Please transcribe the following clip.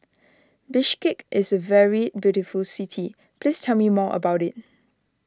Bishkek is a very beautiful city please tell me more about it